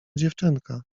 dziewczynka